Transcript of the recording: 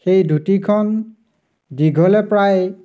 সেই ধুতিখন দীঘলে প্ৰায়